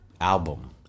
album